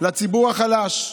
לציבור החלש,